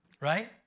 right